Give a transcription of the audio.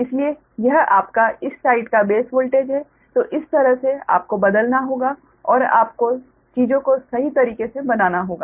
इसलिए यह आपका इस साइड का बेस वोल्टेज हैं तो इस तरह से आपको बदलना होगा और आपको चीजों को सही तरीके से बनाना होगा